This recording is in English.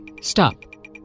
Stop